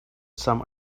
some